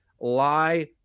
lie